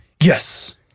Yes